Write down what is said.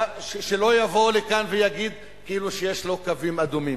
שלא יבוא לכאן ויגיד כאילו שיש לו קווים אדומים.